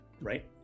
Right